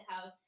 house